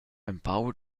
empau